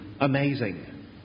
amazing